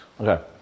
okay